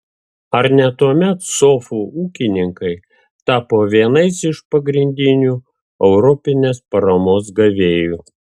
ar ne tuomet sofų ūkininkai tapo vienais iš pagrindinių europinės paramos gavėjų